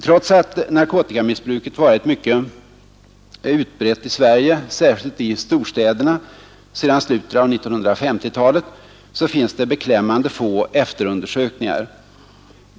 Trots att narkotikamissbruket varit mycket utbrett i Sverige, särskilt i storstäderna, sedan slutet av 1950-talet, finns det beklämmande få efterundersökningar.